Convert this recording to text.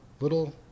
little